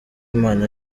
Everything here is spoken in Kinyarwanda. imana